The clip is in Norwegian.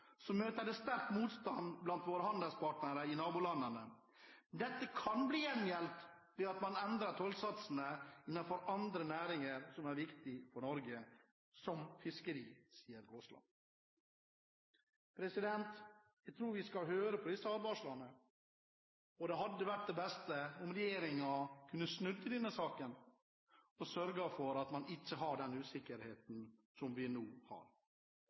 så møter det sterk motstand blant våre handelspartnere i nabolandene. Dette kan bli gjengjeldt ved at man endrer tollsatsene innenfor andre næringer som er viktige for Norge, som fiskeri.» Jeg tror vi skal høre på disse advarslene. Det hadde vært det beste om regjeringen kunne snudd i denne saken og sørget for at man ikke hadde den usikkerheten som vi nå har.